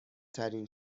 ترین